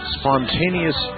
spontaneous